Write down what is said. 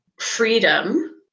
freedom